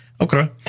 Okay